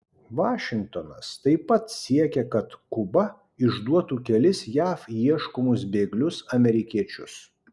vašingtonas taip pat siekia kad kuba išduotų kelis jav ieškomus bėglius amerikiečius